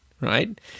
Right